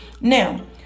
Now